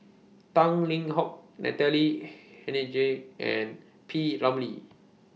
Tang Liang Hong Natalie Hennedige and P Ramlee